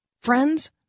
Friends